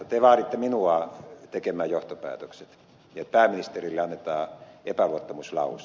te vaaditte minua tekemään johtopäätökset pääministerille annetaan epäluottamuslause